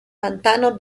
pantanos